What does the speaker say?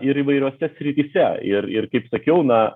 ir įvairiose srityse ir ir kaip sakiau na